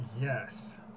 Yes